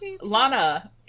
Lana